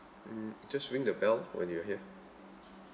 mm just ring the bell when you are here